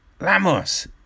Lamos